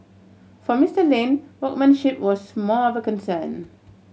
for Mister Lin workmanship was more of a concern